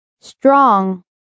strong